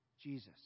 Jesus